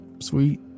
Sweet